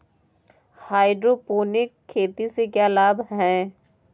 Hydroponic खेती से क्या लाभ हैं?